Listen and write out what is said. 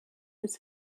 his